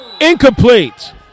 incomplete